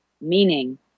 meaning